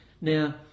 Now